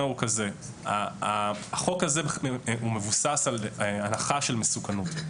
החוק הזה מבוסס על הנחה של מסוכנות.